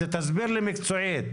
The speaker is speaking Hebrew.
תסביר לי מקצועית.